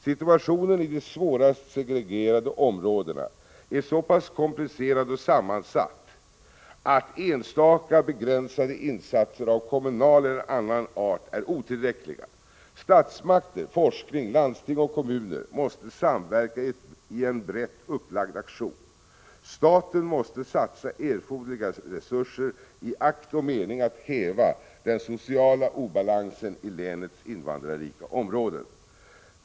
Situationen i de svårast segregerade områdena är så pass komplicerad och sammansatt, att enstaka begränsade insatser av kommunal eller annan art är otillräckliga. Statsmakter, forskning, landsting och kommuner måste samverka i en brett upplagd aktion. Staten måste satsa erforderliga resurser i akt och mening att häva den sociala obalansen i länets invandrarrika områden.